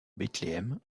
bethléem